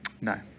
no